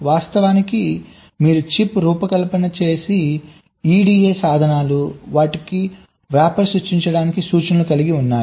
వాస్తవానికి మీరు చిప్స్ రూపకల్పన చేసే EDA సాధనాలు వాటికి వ్రాపర్సృష్టించడానికి సూచనలు కలిగి ఉన్నాయి